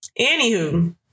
Anywho